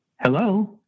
Hello